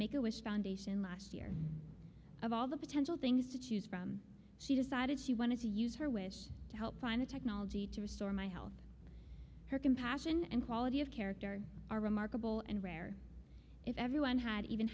make a wish foundation last year of all the potential things to choose from she decided she wanted to use her wish to help find the technology to restore my health her compassion and quality of character are remarkable and rare if everyone had even